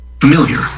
familiar